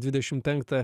dvidešim penktą